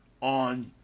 on